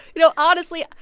you know honestly,